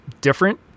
different